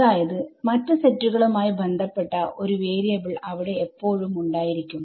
അതായത് മറ്റ് സെറ്റുകളും ആയി ബന്ധപ്പെട്ട ഒരു വേരിയബിൾ അവിടെ എപ്പോഴും ഉണ്ടായിരിക്കും